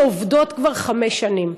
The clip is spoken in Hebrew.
שעובדות כבר חמש שנים,